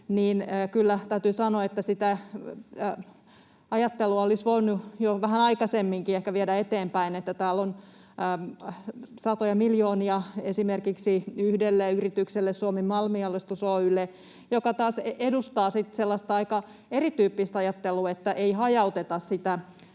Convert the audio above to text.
niin kyllä täytyy sanoa, että sitä ajattelua olisi voinut jo vähän aikaisemminkin ehkä viedä eteenpäin. Täällä on satoja miljoonia esimerkiksi yhdelle yritykselle, Suomen Malmijalostus Oy:lle, mikä taas edustaa sitten sellaista aika erityyppistä ajattelua, että ei hajauteta sitä